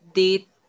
date